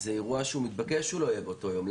זה אירוע שמתבקש שהוא לא יהיה באותו יום.